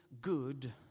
good